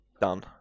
Done